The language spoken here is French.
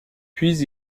puis